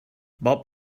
bob